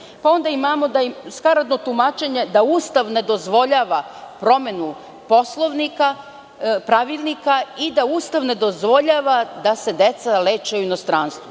imamo skaradno tumačenje da Ustav ne dozvoljava promenu pravilnika i da Ustav ne dozvoljava da se deca leče u inostranstvu,